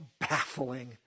baffling